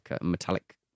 metallic